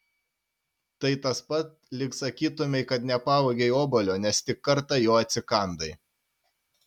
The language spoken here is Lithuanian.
tai tas pat lyg sakytumei kad nepavogei obuolio nes tik kartą jo atsikandai